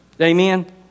Amen